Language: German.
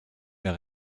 mehr